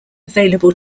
available